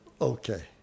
okay